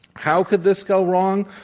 how could this go wrong?